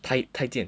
太太贱